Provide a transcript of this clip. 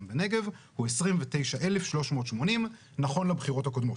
בנגב הוא 29,380 נכון לבחירות הקודמות.